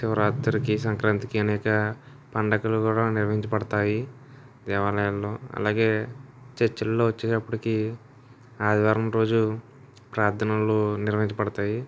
శివరాత్రికి సంక్రాంతికి అనేక పండగలు కూడా నిర్వహించబడతాయి దేవాలయాల్లో అలాగే చర్చిల్లో వచ్చేటప్పటికి ఆదివారం రోజు ప్రార్ధనలు నిర్వహించబడతాయి